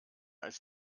als